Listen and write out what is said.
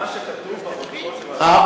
מה שכתוב, אתה,